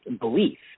belief